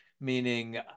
meaning